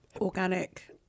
organic